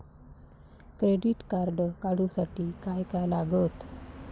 Credit card काढूसाठी काय काय लागत?